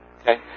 Okay